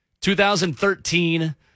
2013